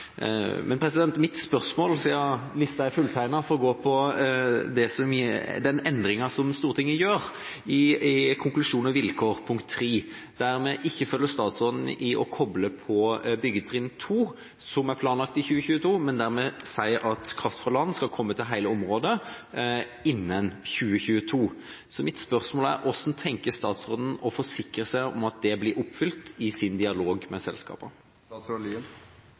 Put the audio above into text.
Mitt spørsmål – siden listen er fulltegnet – handler om den endringen som Stortinget gjør i konklusjon og vilkår, punkt 3, der vi ikke følger statsråden i å koble på andre byggetrinn, som er planlagt å ha oppstart i 2022, men der vi sier at kraft fra land skal komme til hele området innen 2022. Mitt spørsmål er: Hvordan tenker statsråden – i sin dialog med selskapene – å forsikre seg om at det blir oppfylt?